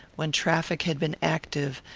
when traffic had been active,